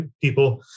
people